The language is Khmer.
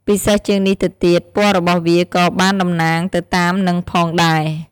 ពិសេសជាងនេះទៅទៀត ពណ៌របស់វាក៏បានតំណាងទៅតាមនឹងផងដែរ។